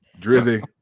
Drizzy